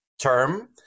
term